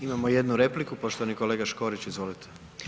Imamo jednu repliku poštovani kolega Škorić, izvolite.